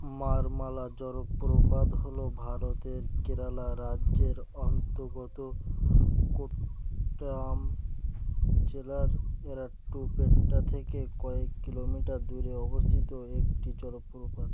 মারমালা জলপ্রপাত হল ভারতের কেরালা রাজ্যের অন্তর্গত কোট্টায়াম জেলার এরাট্টুপেট্টা থেকে কয়েক কিলোমিটার দূরে অবস্থিত একটি জলপ্রপাত